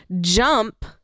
jump